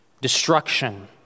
destruction